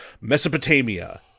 Mesopotamia